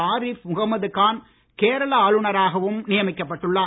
ஆரிஃப் முகமதுகான் கேரள ஆளுநராகவும் நியமிக்கப்பட்டு உள்ளனர்